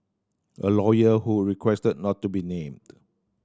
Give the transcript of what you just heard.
a lawyer who requested not to be named